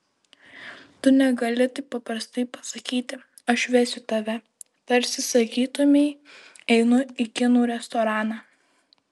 tu negali taip paprastai pasakyti aš vesiu tave tarsi sakytumei einu į kinų restoraną